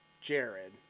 Jared